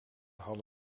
hal